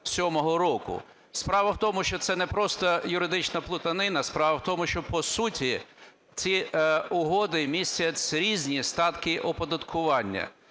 Справа в тому, що це не просто юридична плутанина, справа в тому, що по суті ці угоди містять різні ставки оподаткування.